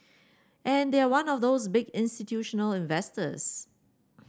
and they are one of those big institutional investors